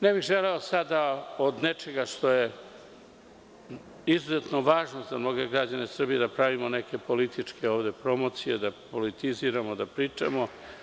Ne bih želeo sada da od nečega što je izuzetno važno za mnoge građane Srbije pravimo neke političke promocije, da politiziramo, da pričamo.